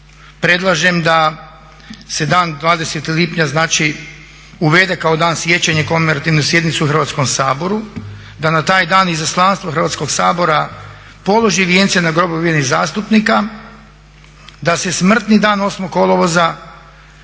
Predlažem da se dan 20. lipnja znači uvede kao Dan sjećanja i …/Govornik se ne razumije./… sjednicu u Hrvatskom saboru. Da na taj dan Izaslanstvo Hrvatskog sabora položi vijence na grobovima zastupnika, da se smrtni dan 8. kolovoza